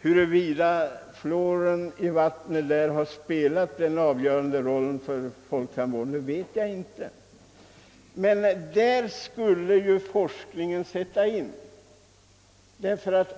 Huruvida fluorideringen av vattnet har spelat en avgörande roll för folktandvården vet jag inte. Men därvidlag skulle forskningen sättas in, ty